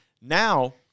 now